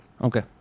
Okay